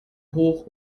hoch